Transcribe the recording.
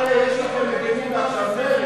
יש לכם מגינים עכשיו,